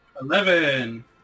Eleven